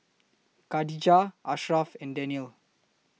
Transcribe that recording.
Khadija Ashraff and Daniel